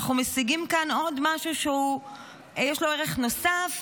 אנחנו משיגים כאן עוד משהו שיש לו ערך נוסף,